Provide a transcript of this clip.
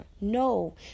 No